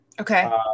okay